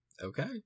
Okay